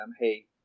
Hey